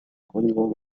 código